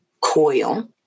coil